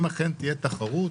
אם אכן תהיה תחרות,